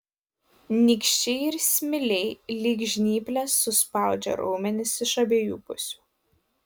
nykščiai ir smiliai lyg žnyplės suspaudžia raumenis iš abiejų pusių